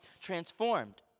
transformed